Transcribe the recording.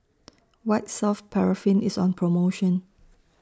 White Soft Paraffin IS on promotion